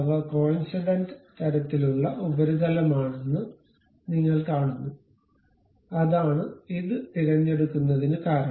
അവ കോഇൻസിഡന്റ് തരത്തിലുള്ള ഉപരിതലമാണെന്ന് നിങ്ങൾ കാണുന്നു അതാണ് ഇത് തിരഞ്ഞെടുക്കുന്നതിന് കാരണം